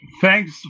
thanks